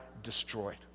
destroyed